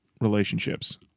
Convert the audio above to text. relationships